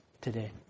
today